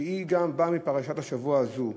שבאה גם מפרשת השבוע הזה,